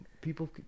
people